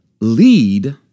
Lead